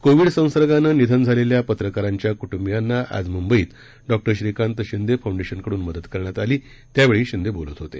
Covid संसर्गानं निधन झालेल्या पत्रकारांच्या कुटुिियांना आज मुंबईत डॉ श्रीकांत शिंदे फोंडेशनकडून मदत करण्यात आली त्यावेळी शिंदे बोलत होते